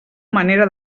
manera